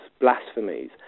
blasphemies